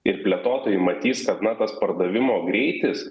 ir plėtotojai matys kad na tas pardavimo greitis